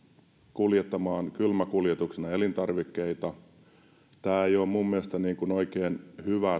kuljettamaan kylmäkuljetuksena elintarvikkeita tämä ei ole minun mielestäni oikein hyvä